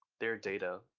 their data,